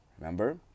Remember